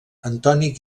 antoni